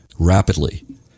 rapidly